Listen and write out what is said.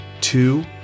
two